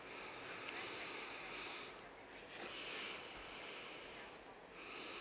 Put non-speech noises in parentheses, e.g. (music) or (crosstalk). (breath) (breath)